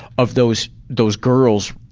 of those those girls,